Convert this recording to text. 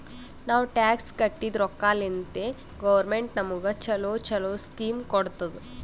ನಾವ್ ಟ್ಯಾಕ್ಸ್ ಕಟ್ಟಿದ್ ರೊಕ್ಕಾಲಿಂತೆ ಗೌರ್ಮೆಂಟ್ ನಮುಗ ಛಲೋ ಛಲೋ ಸ್ಕೀಮ್ ಕೊಡ್ತುದ್